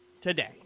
Today